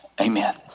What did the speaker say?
amen